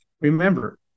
Remember